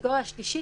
בקטגוריה השלישית,